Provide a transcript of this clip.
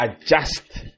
adjust